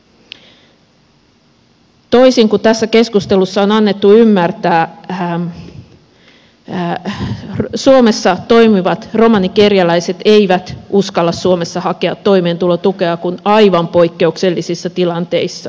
toisin kuin tässä keskustelussa on annettu ymmärtää suomessa toimivat romanikerjäläiset eivät uskalla suomessa hakea toimeentulotukea kuin aivan poikkeuksellisissa tilanteissa